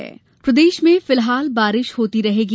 बारिश प्रदेश में फिलहाल बारिश होती रहेगी